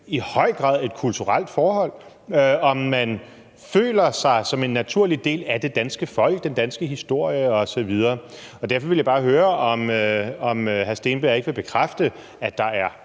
i høj grad et kulturelt forhold, om man føler sig som en naturlig del af det danske folk, den danske historie osv. Derfor vil jeg bare høre, om hr. Andreas Steenberg ikke vil bekræfte, at der er